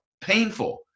painful